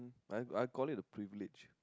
I I call it a privilege